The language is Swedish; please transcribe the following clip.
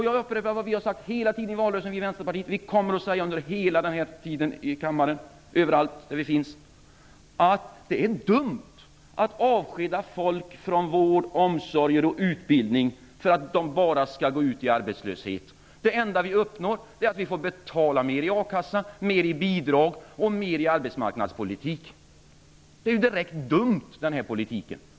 Jag upprepar vad vi i Vänsterpartiet hela tiden sade i valrörelsen. Vi kommer hela tiden här i kammaren, ja, överallt där vi finns, att säga att det är dumt att avskeda folk från vård, omsorg och utbildning för att de bara skall gå ut i arbetslöshet. Det enda vi uppnår är att vi får betala mer i a-kassa, mer i bidrag och mer för arbetsmarknadspolitik. Den här politiken är ju direkt dum.